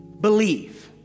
believe